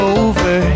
over